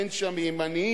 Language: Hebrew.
ואין שם ימנים,